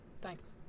Thanks